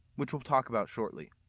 which we'll talk about shortly.